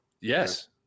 Yes